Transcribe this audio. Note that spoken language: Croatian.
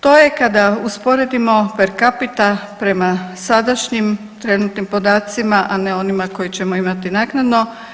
To je kada usporedimo per capita prema sadašnjim trenutnim podacima, a ne onima koje ćemo imati naknadno.